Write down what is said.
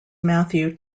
matthew